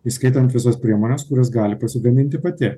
įskaitant visas priemones kurias gali pasigaminti pati